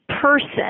person